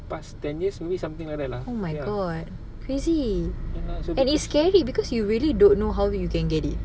oh my god crazy and it's scary because you really don't know how you can get it